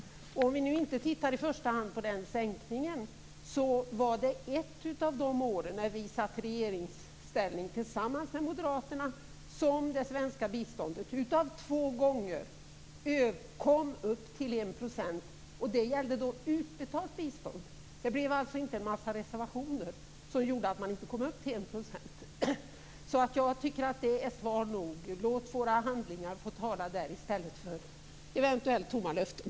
För att nu inte i första hand titta på den sänkningen vill jag säga att ett av de år när vi satt i regeringsställning tillsammans med moderaterna kom det svenska biståndet upp till 1 %. Så har skett vid två tillfällen. Det gällde utbetalt bistånd. Det förekom alltså inte en massa reservationer, som skulle ha gjort att man inte kommit upp till 1 %. Jag tycker att detta är svar nog. Låt våra handlingar få tala i stället för eventuella tomma löften.